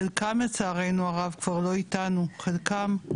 חלקם לצערנו הרב כבר לא איתנו, חלקם,